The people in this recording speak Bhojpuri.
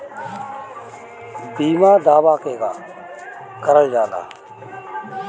बीमा दावा केगा करल जाला?